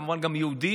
כמובן גם יהודים,